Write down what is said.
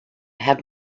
had